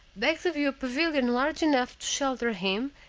begs of you a pavilion large enough to shelter him,